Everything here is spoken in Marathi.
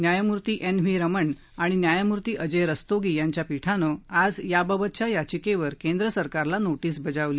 न्यायमूर्ती एन व्ही रमण आणि न्यायमूर्ती अजय रस्तोगी यांच्या पीठानं आज याबाबतच्या याचिकेवर केंद्रसरकारला नोटिस बजावली